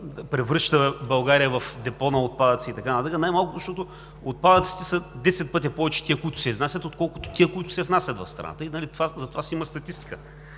превръща България в депо на отпадъци и така нататък, най-малкото, защото отпадъците са 10 пъти повече от тези, които се изнасят, отколкото тези, които се внасят в страната – затова си има статистика.